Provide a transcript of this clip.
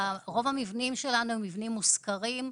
רוב המבנים שלנו הם מבנים מושכרים,